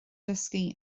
dysgu